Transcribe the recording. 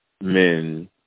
Men